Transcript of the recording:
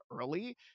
early